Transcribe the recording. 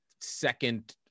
second